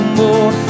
more